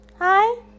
Hi